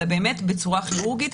אלא באמת בצורה כירורגית.